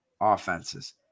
offenses